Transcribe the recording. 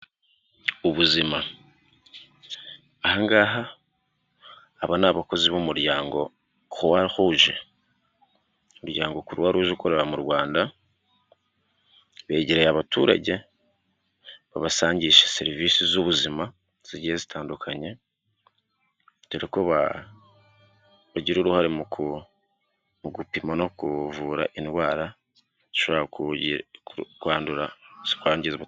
Ubuzima . Ahangaha aba ni abakozi b'umuryango croix rouge, umuryango Croix rouge ukorera mu Rwanda, begereye abaturage babasangisha serivisi z'ubuzima zigiye zitandukanye dore ko bagira uruhare mu gupima no kuvura indwara zishobora ku kwandura.